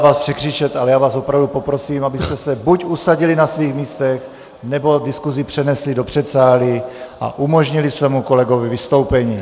Pan kolega zvládá vás překřičet, ale já vás opravdu poprosím, abyste se buď usadili na svých místech, nebo diskusi přenesli do předsálí a umožnili svému kolegovi vystoupení.